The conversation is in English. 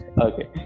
okay